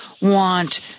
want